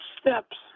steps